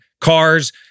cars